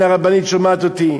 הנה, הרבנית שומעת אותי.